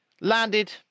Landed